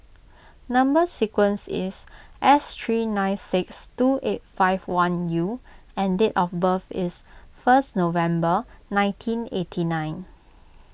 Number Sequence is S three nine six two eight five one U and date of birth is first November nineteen eighty nine